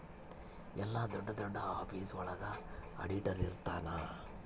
ಎಲ್ಲ ದೊಡ್ಡ ದೊಡ್ಡ ಆಫೀಸ್ ಒಳಗ ಆಡಿಟರ್ ಇರ್ತನ